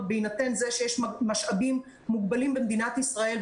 בהינתן זה שיש משאבים מוגבלים במדינת ישראל,